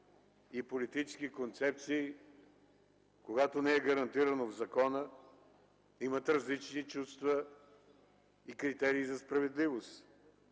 и политически концепции, когато не е гарантирано в закона, имат различни чувства и критерии за справедливост.